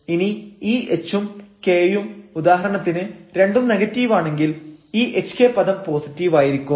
ഇനി ഈ h ഉം k ഉം ഉദാഹരണത്തിന് രണ്ടും നെഗറ്റീവാണെങ്കിൽ ഈ hk പദം പോസിറ്റീവായിരിക്കും